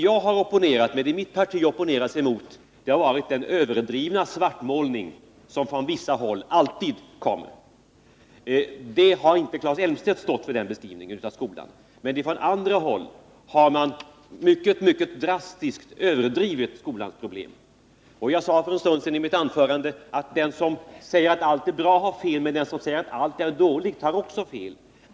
Vad vi i vårt parti opponerat oss emot är den överdrivna svartmålning som från vissa håll alltid görs. Claes Elmstedt har inte stått för den beskrivningen av skolan, men från andra håll har man mycket drastiskt överdrivit skolans problem. Jag sade i mitt anförande för en stund sedan att den som säger att allt är bra i skolan har fel, och att den som säger att allt är dåligt också har fel.